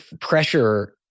pressure